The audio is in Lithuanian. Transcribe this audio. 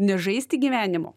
nežaisti gyvenimo